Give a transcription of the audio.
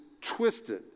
twisted